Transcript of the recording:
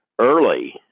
early